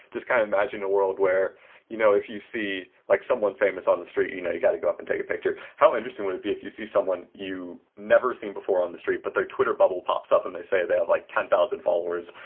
just kind of imagine a world where you know if you see like someone famous on the street, you know you got to go up and take a picture. how interesting would it be if you see someone you never seen before on the street, but their twitter bubble pops up and they say they have like ten thousand followers,